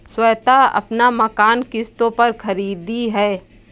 श्वेता अपना मकान किश्तों पर खरीदी है